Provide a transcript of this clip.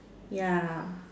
ya